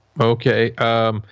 Okay